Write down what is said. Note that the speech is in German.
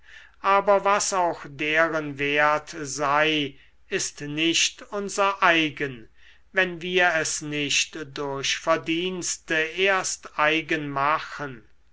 aber was auch deren wert sei ist nicht unser eigen wenn wir es nicht durch verdienste erst eigen machen